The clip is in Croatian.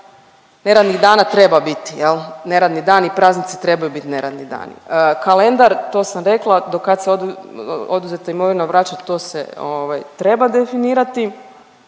Neradnih dana treba biti jel'? Neradni dani i praznici trebaju biti neradni dani. Kalendar to sam rekla. Do kad se oduzeta imovina vraća to se treba definirati